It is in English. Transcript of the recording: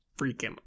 freaking